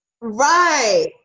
right